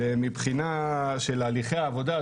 מהבחינה של הליכי העבודה,